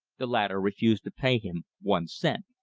the latter refused to pay him one cent.